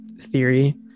theory